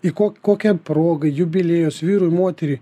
į kok kokia proga jubiliejus vyrui moteriai